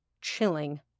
chilling